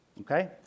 Okay